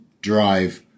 drive